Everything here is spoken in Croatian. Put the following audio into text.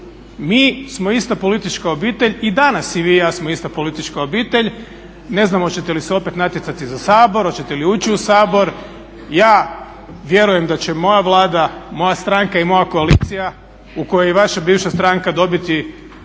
Mi smo ista politička obitelj i danas i vi i ja smo ista politička obitelj, ne znam hoćete li se opet natjecati za Sabor, hoćete li ući u Sabor. Ja vjerujem da će moja Vlada, moja stranka i moja koalicija u kojoj je i vaša bivša stranka dobiti,